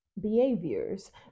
behaviors